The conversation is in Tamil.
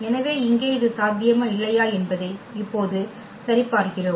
எனவே இங்கே இது சாத்தியமா இல்லையா என்பதை இப்போது சரிபார்க்கிறோம்